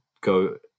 go